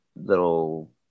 little